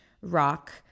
rock